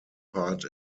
part